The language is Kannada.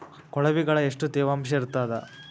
ಕೊಳವಿಗೊಳ ಎಷ್ಟು ತೇವಾಂಶ ಇರ್ತಾದ?